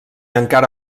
encara